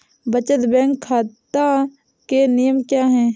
बचत बैंक खाता के नियम क्या हैं?